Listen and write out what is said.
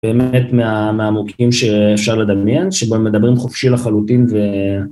באמת מהעמוקים שאפשר לדמיין, שבו הם מדברים חופשי לחלוטין ו...